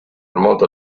molto